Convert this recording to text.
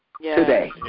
Today